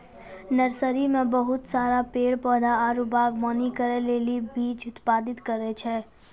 nursery मे बहुत सारा पेड़ पौधा आरु वागवानी करै ले बीज उत्पादित करै छै